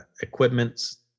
equipments